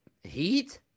Heat